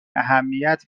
اهمیت